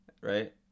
Right